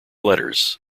letters